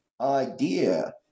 idea